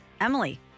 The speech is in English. emily